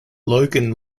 logan